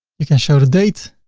you can show the date